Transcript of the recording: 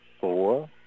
four